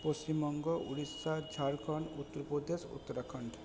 Paschimbanga Orissa Jharkhand Uttar Pradesh Uttarakhand